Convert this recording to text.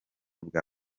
bwa